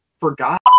forgot